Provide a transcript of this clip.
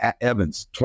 Evans